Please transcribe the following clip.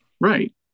Right